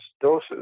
doses